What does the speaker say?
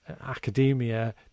academia